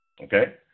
okay